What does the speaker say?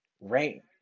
Right